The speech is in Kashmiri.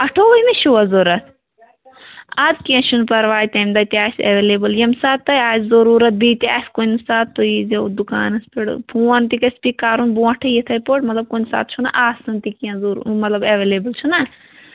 اَٹھووُہمہِ چھُوا ضوٚرَتھ اَدٕ کیٚنہہ چھِنہٕ پرواے تَمہِ دۄہ تہِ آسہِ اٮ۪ویلیبٕل ییٚمہِ ساتہٕ تۄہہِ آسہِ ضٔروٗرَت بیٚیہِ تہِ آسہِ کُنہِ ساتہٕ تُہۍ ییٖزیو دُکانَس پٮ۪ٹھ فون تہِ گژھِ بیٚیہِ کَرُن بونٛٹھٕے یِتھَے پٲٹھۍ مطلب کُنہِ ساتہٕ چھُنہ آسان تہِ کیٚنہہ ضٔروٗ مطلب اٮ۪ویلیبٕل چھُنہ